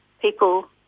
people